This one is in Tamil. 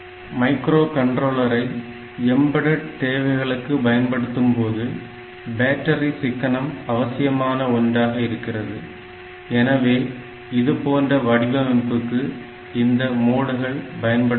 மைக்ரோ கண்ட்ரோலரை எம்பெடெட் தேவைகளுக்கு பயன்படுத்தும்போது பேட்டரி சிக்கனம் அவசியமான ஒன்றாக இருக்கிறது எனவே இதுபோன்ற வடிவமைப்புக்கு இந்த மோடுகள் பயன்படுகின்றன